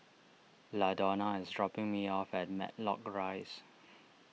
Ladonna is dropping me off at Matlock Rise